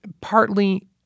Partly